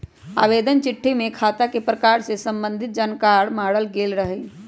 आवेदन चिट्ठी में खता के प्रकार से संबंधित जानकार माङल गेल रहइ